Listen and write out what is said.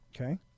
Okay